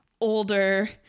older